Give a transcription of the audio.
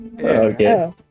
okay